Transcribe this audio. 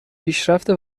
پیشرفت